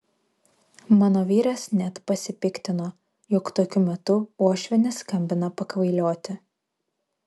mano vyras net pasipiktino jog tokiu metu uošvienė skambina pakvailioti